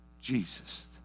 Jesus